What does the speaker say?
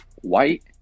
white